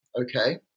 Okay